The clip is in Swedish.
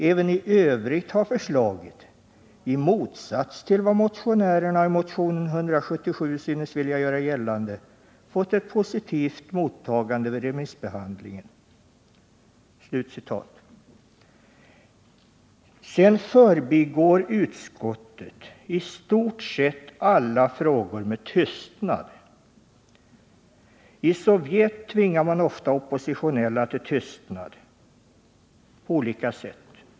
Även i övrigt har förslaget — i motsats till vad motionärerna i motionen 177 synes vilja göra gällande — fått ett positivt mottagande vid remissbehandlingen.” Sedan förbigår utskottet i stort sett alla frågor med tystnad. I Sovjet tvingar man ofta oppositionella till tystnad på olika sätt.